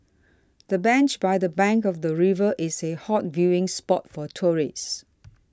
the bench by the bank of the river is a hot viewing spot for tourists